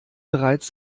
bereits